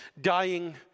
Dying